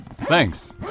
thanks